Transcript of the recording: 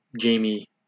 Jamie